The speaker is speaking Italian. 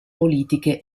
politiche